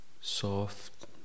soft